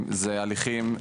זה הליכים,